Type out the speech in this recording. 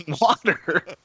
water